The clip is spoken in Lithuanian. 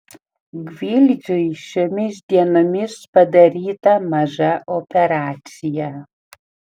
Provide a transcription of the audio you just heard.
gvildžiui šiomis dienomis padaryta maža operacija